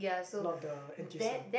not the N_T_U_C one